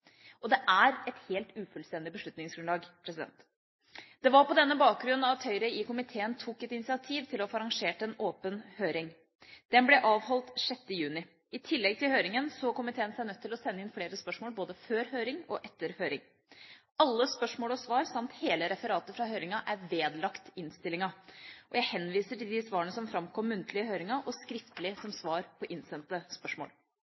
Og det er et helt ufullstendig beslutningsgrunnlag. Det var på denne bakgrunn at Høyre i komiteen tok et initiativ til å få arrangert en åpen høring. Den ble avholdt den 6. juni. I tillegg til høringen så komiteen seg nødt til å sende inn flere spørsmål, både før høring og etter høring. Alle spørsmål og svar samt hele referatet fra høringen er vedlagt innstillingen, og jeg henviser til de svarene som framkom muntlig i høringen og skriftlig som svar på innsendte spørsmål.